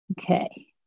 Okay